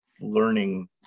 learning